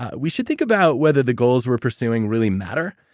ah we should think about whether the goals we're pursuing really matter.